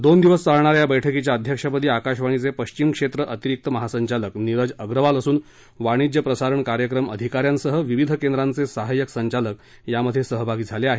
दोन दिवसीय चालणाऱ्या या बैठकीच्या अध्यक्षपदी आकाशवाणीचे पश्विम क्षेत्र अतिरिक् महासंचालक नीरज अग्रवाल असून वाणिज्य प्रसारण कार्यक्रम आधिकाऱ्यांसह विविध केंद्रांचे सहाय्यक संचालक सहभागी झाले आहेत